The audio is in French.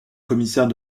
commissaire